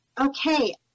Okay